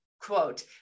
quote